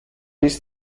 ist